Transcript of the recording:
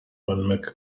when